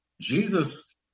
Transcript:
Jesus